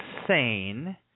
insane